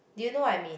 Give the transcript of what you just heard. do you know what I mean